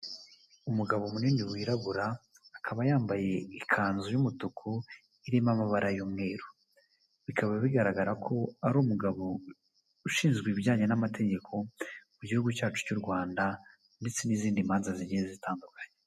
Umugabo munini wirabura, akaba yambaye ikanzu y'umutuku, irimo amabara y'umweru, bikaba bigaragara ko ari umugabo ushinzwe ibijyanye n'amategeko, mu gihugu cyacu cy'u Rwanda, ndetse n'izindi manza zigiye zitandukanye.